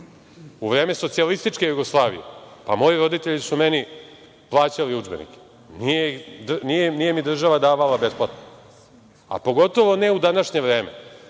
u vreme socijalističke Jugoslavije, moji roditelji su meni plaćali udžbenike, nije mi država davala besplatno, a pogotovo ne u današnje vreme.